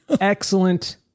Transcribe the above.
excellent